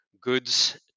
goods